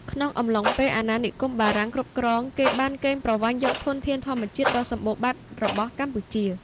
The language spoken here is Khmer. ក្នុងអំឡុងពេលអាណានិគមបារាំងគ្រប់គ្រង គេបានគេងប្រវ័ញ្ចយកធនធានធម្មជាតិដ៏សម្បូរបែបរបស់កម្ពុជា។